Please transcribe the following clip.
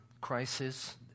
crisis